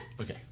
Okay